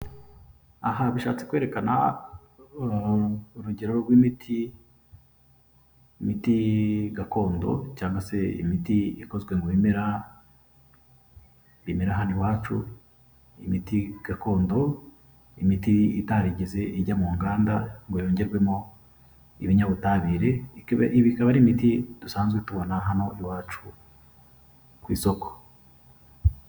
Aha bishatse kwerekana urugero rw'imiti, imiti gakondo cyangwa se imiti ikozwe mu bimera bimera hano iwacu, imiti gakondo, imiti itarigeze ijya mu nganda ngo yongerwemo ibinyabutabire, ikaba ari imiti dusanzwe tubona hano iwacu ku isoko.